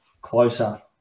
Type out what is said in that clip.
closer